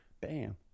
bam